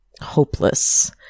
hopeless